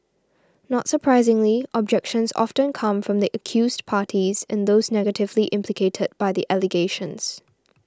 not surprisingly objections often come from the accused parties and those negatively implicated by the allegations